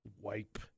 Wipe